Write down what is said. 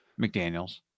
McDaniels